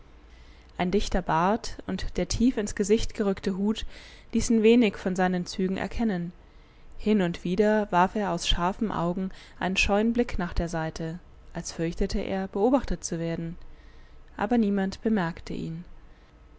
ein dichter bart und der tief ins gesicht gerückte hut ließen wenig von seinen zügen erkennen hin und wieder warf er aus scharfen augen einen scheuen blick nach der seite als fürchtete er beobachtet zu werden aber niemand bemerkte ihn